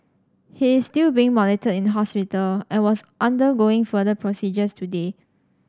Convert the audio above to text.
he is still being monitored in hospital and was undergoing further procedures today